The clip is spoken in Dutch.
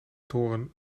toren